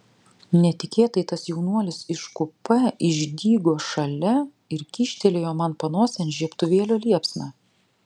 netikėtai tas jaunuolis iš kupė išdygo šalia ir kyštelėjo man panosėn žiebtuvėlio liepsną